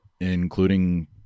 including